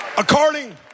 According